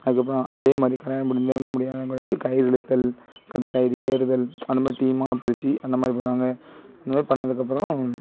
அதுக்கப்பறம் அதே மாதிரி கல்யாணம் முடிந்தவங்க முடியாதவங்களுக்கு கயிறு இழுத்தல் கது கயிறு ஏறுதல் அந்த மாதிரி டீம்மாக பிரித்து அந்த மாதிரி பண்ணுவாங்க அந்த மாதிரி பண்ணதுக்கப்பறம்